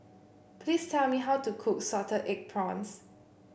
please tell me how to cook Salted Egg Prawns